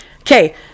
Okay